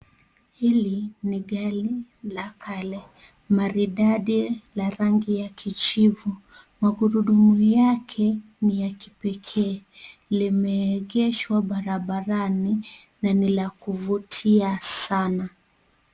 Hili ni gari la kale maridadi la rangi ya kijivu, magurudumu yale ni ya kipekee, limeegeshwa batabarani na ni la kuvutia sana.